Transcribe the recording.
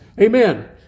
amen